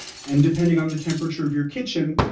and depending on the temperature of your kitchen,